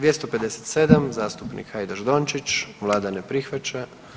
257. zastupnik Hajdaš Dončić, vlada ne prihvaća.